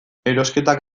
erosketak